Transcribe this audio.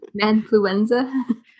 Manfluenza